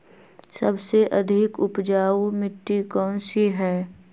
सबसे अधिक उपजाऊ मिट्टी कौन सी हैं?